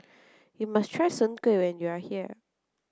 you must try Soon Kueh when you are here